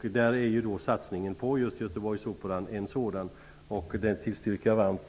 Just satsningen på Göteborgsoperan är ett exempel. Den tillstyrker jag varmt.